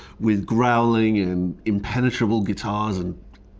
with growling and impenetrable guitars, and.